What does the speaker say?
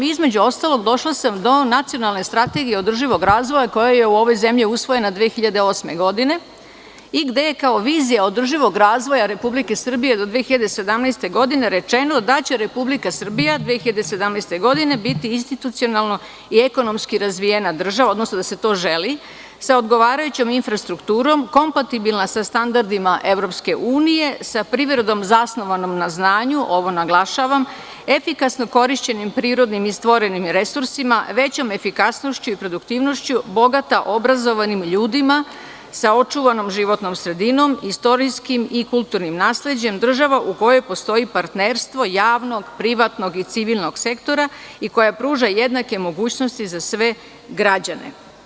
Između ostalog, došla sam do Nacionalne strategije održivog razvoja koja je u ovoj zemlji usvojena 2008. godine, gde je kao vizija održivog razvoja Republike Srbije do 2017. godine rečeno da će Republika Srbija 2017. godine biti institucionalno i ekonomski razvijena država, odnosno da se to želi, sa odgovarajućom infrastrukturom, kompatibilna sa standardima EU, sa privredom zasnovanom na znanju, ovo naglašavam, efikasno korišćenim prirodnim i stvorenim resursima, većom efikasnošću i produktivnošću, bogata obrazovanim ljudima, sa očuvanom životnom sredinom, istorijskim i kulturnim nasleđem, država u kojoj postoji partnerstvo javnog, privatnog i civilnog sektora i koja pruža jednake mogućnosti za sve građane.